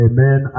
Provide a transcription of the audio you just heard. Amen